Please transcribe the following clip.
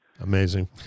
Amazing